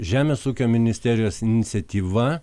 žemės ūkio ministerijos iniciatyva